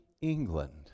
England